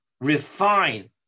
refine